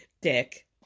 dick